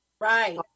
Right